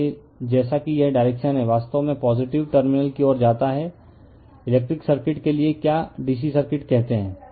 इसलिए जैसा कि यह डायरेक्शन है वास्तव में पॉजिटिव टर्मिनल की ओर जाता है रिफर टाइम 1750 इलेक्ट्रिक सर्किट के लिए क्या DC सर्किट कहते हैं